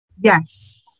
yes